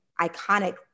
iconic